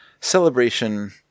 celebration